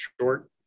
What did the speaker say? short